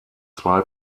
zwei